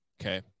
Okay